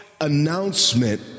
announcement